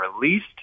Released